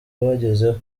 bagezeho